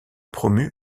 promu